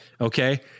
Okay